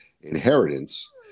inheritance –